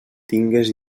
tingues